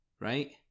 right